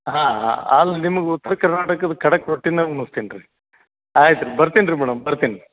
ಹಾಂ ಹಾಂ ಅಲ್ಲಿ ನಿಮ್ಗ ಉತ್ರ ಕರ್ನಾಟಕದ ಖಡಕ್ ರೊಟ್ಟಿನ್ಯಾಗ ಉಣ್ಣಸ್ತೀನಿ ರೀ ಆಯ್ತು ರೀ ಬರ್ತೀನ್ರಿ ಮೇಡಮ್ ಬರ್ತೀನಿ